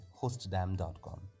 HostDam.com